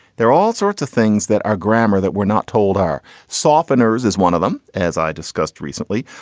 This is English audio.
there are all sorts of things that are grammar that we're not told are softeners is one of them. as i discussed recently,